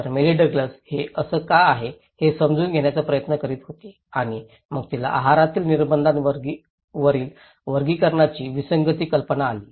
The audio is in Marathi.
तर मेरी डग्लस हे असं का आहे हे समजून घेण्याचा प्रयत्न करीत होती आणि मग तिला आहारातील निर्बंधावरील वर्गीकरणाची विसंगती कल्पना आली